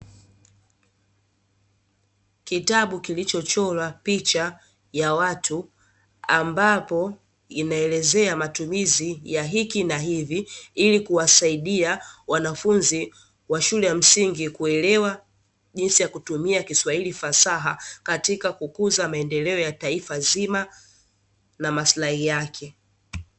Kitabu kilichochorwa picha ya watu ambapo inaelezea matumizi ya hiki na hivi, ili kuwasaidia wanafunzi wa shule ya msingi kuelewa jinsi ya kutumia kiswahili fasaha, katika kukuza maendeleo ya taifa zima na maslahi yake.